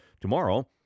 Tomorrow